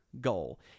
goal